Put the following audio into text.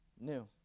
new